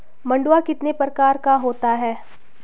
मंडुआ कितने प्रकार का होता है?